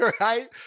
right